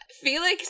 Felix